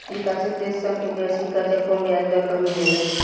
विकाशसील देश सन के वैश्विक कर्जा कम ब्याज दर पर भी मिलेला